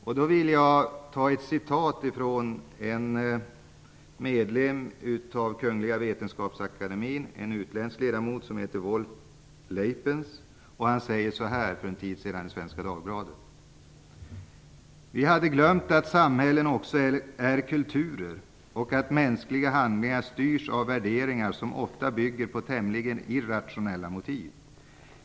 Jag vill citera vad Wolf Lepenies, utländsk ledamot av Kungliga Vetenskapsakademien, skrev för en tid sedan i Svenska "Vi hade glömt att samhällen också är kulturer och att mänskliga handlingar styrs av värderingar som ofta bygger på tämligen irrationella motiv.